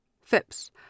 Phipps